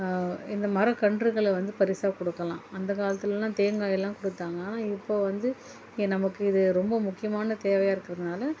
இந்த மரக்கன்றுகள வந்து பரிசாக கொடுக்கலாம் அந்த காலத்துலலாம் தேங்காய் எல்லாம் கொடுத்தாங்க ஆனால் இப்போ வந்து ஏ நமக்கு இது ரொம்ப முக்கியமான தேவையா இருக்கிறதுனால